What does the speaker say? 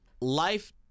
life